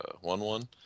one-one